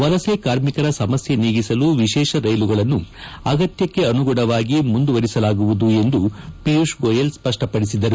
ವಲಸೆ ಕಾರ್ಮಿಕರ ಸಮಸ್ತೆ ನೀಗಿಸಲು ವಿಶೇಷ ರೈಲುಗಳನ್ನು ಆಗತ್ಯಕ್ಷೆ ಆನುಗುಣವಾಗಿ ಮುಂದುವರಿಸಲಾಗುವುದು ಎಂದು ಪಿಯೂಷ್ ಗೋಯೆಲ್ ಸ್ಪಪಡಿಸಿದರು